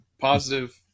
positive